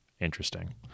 interesting